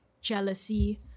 jealousy